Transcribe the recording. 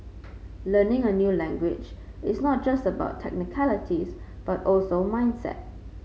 learning a new language is not just about technicalities but also mindset